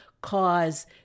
cause